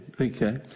Okay